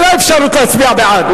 אין לו אפשרות להצביע בעד.